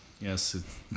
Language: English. Yes